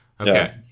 Okay